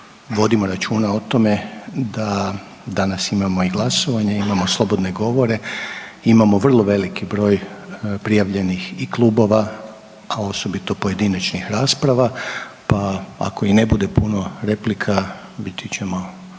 vodimo računa o tome da danas imamo i glasovanje, imamo slobodne govore, imamo vrlo veliki broj prijavljenih i klubova, a osobito pojedinačnih rasprava pa ako i ne bude puno replika biti ćemo